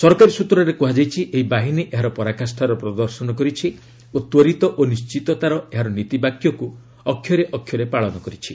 ସରକାରୀ ସ୍ନତ୍ରରେ କୁହାଯାଇଛି ଏହି ବାହିନୀ ଏହାର ପରାକାଷ୍ଠାର ପ୍ରଦର୍ଶନ କରିଛି ଓ ତ୍ୱରିତ ଓ ନିର୍ଣ୍ଣିତତାର ଏହାର ନୀତିବାକ୍ୟକୁ ଅକ୍ଷରେ ଅକ୍ଷରେ ପାଳନ କରିଛି